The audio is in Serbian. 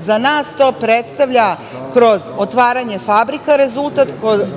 Za nas to predstavlja kroz otvaranje fabrika rezultat,